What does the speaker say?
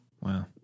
Wow